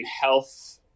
health